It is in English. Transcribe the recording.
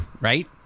right